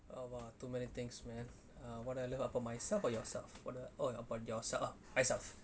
oh !wah! too many things man uh what I live up on myself or yourself what the oh about yourself ah myself